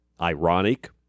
Ironic